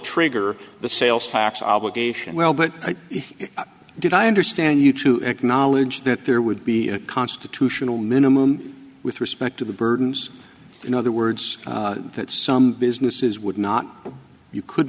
trigger the sales tax obligation well but if it did i understand you to acknowledge that there would be a constitutional minimum with respect to the burdens in other words that some businesses would not you could